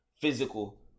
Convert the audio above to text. physical